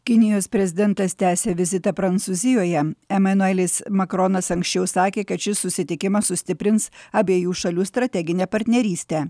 kinijos prezidentas tęsia vizitą prancūzijoje emanuelis makronas anksčiau sakė kad šis susitikimas sustiprins abiejų šalių strateginę partnerystę